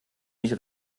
mich